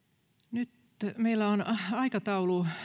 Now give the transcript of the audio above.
meillä on aikataulu